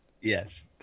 Yes